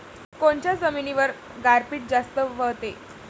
कोनच्या जमिनीवर गारपीट जास्त व्हते?